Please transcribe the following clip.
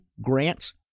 grants